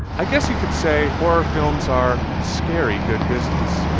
i guess you could say horror films are scary good business.